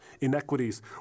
inequities